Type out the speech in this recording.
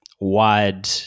wide